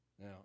Now